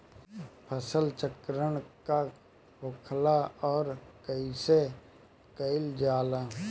फसल चक्रण का होखेला और कईसे कईल जाला?